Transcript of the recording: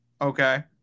Okay